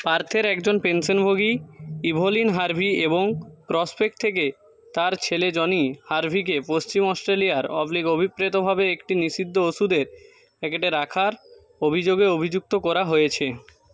পার্থের একজন পেনশনভোগী Evelyn Harvey এবং প্রসপেক্ট থেকে তার ছেলে জনি হারভিকে পশ্চিম অস্ট্রেলিয়ার অবলিক অভিপ্রেতভাবে একটি নিষিদ্ধ ওষুধের প্যাকেটে রাখার অভিযোগে অভিযুক্ত করা হয়েছে